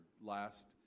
last